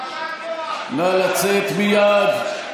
נא לצאת מייד.